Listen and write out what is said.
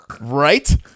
right